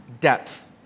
depth